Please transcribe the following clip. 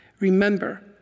Remember